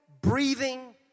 breathing